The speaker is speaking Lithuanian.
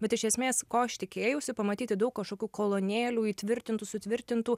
bet iš esmės ko aš tikėjausi pamatyti daug kažkokių kolonėlių įtvirtintų sutvirtintų